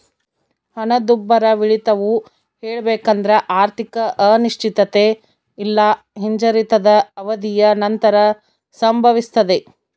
ಹಣದುಬ್ಬರವಿಳಿತವು ಹೇಳಬೇಕೆಂದ್ರ ಆರ್ಥಿಕ ಅನಿಶ್ಚಿತತೆ ಇಲ್ಲಾ ಹಿಂಜರಿತದ ಅವಧಿಯ ನಂತರ ಸಂಭವಿಸ್ತದೆ